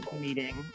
meeting